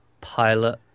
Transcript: pilot